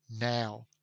now